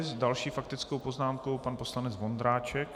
S další faktickou poznámkou pan poslanec Vondráček.